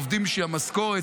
עובדים בשביל המשכורת,